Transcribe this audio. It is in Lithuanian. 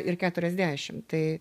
ir keturiasdešim tai